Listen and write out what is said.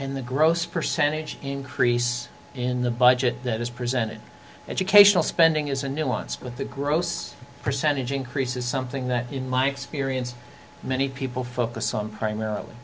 and the gross percentage increase in the budget that is presented educational spending is a nuanced with the gross percentage increase is something that in my experience many people focus on primarily